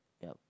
yup